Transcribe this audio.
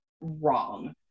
wrong